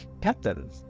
captain